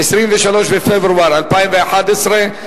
23 בפברואר 2011,